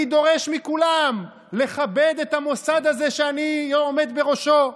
אני דורש מכולם לכבד את המוסד הזה שאני עומד בראשו.